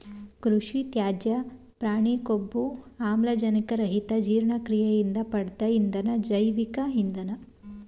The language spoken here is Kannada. ಕೃಷಿತ್ಯಾಜ್ಯ ಪ್ರಾಣಿಕೊಬ್ಬು ಆಮ್ಲಜನಕರಹಿತಜೀರ್ಣಕ್ರಿಯೆಯಿಂದ ಪಡ್ದ ಇಂಧನ ಜೈವಿಕ ಇಂಧನ